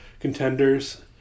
contenders